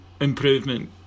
improvement